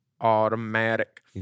automatic